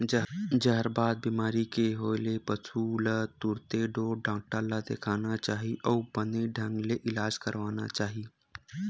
जहरबाद बेमारी के होय ले पसु ल तुरते ढ़ोर डॉक्टर ल देखाना चाही अउ बने ढंग ले इलाज करवाना चाही